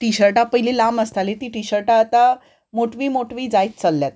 टिशर्टां पयलीं लांब आसतालीं तीं टिशर्टां आतां मोटवीं मोटवीं जायत चलल्या